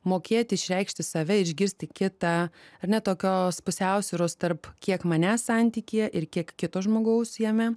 mokėti išreikšti save išgirsti kitą ar ne tokios pusiausvyros tarp kiek manęs santykyje ir kiek kito žmogaus jame